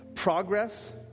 Progress